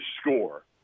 score